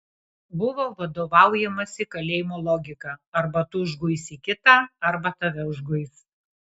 buvo vadovaujamasi kalėjimo logika arba tu užguisi kitą arba tave užguis